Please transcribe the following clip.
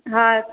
हा